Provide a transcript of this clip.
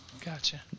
Gotcha